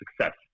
success